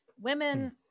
Women